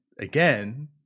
again